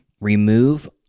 remove